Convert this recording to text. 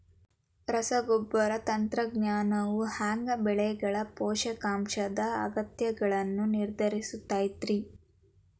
ರಸಗೊಬ್ಬರ ತಂತ್ರಜ್ಞಾನವು ಹ್ಯಾಂಗ ಬೆಳೆಗಳ ಪೋಷಕಾಂಶದ ಅಗತ್ಯಗಳನ್ನ ನಿರ್ಧರಿಸುತೈತ್ರಿ?